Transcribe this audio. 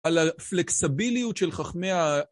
על הפלקסביליות של חכמי ה...